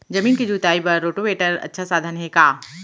जमीन के जुताई बर रोटोवेटर अच्छा साधन हे का?